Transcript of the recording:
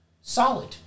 solid